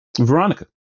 Veronica